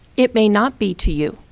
it may not be to you.